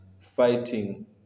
fighting